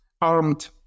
armed